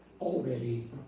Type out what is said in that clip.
already